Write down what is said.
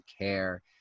care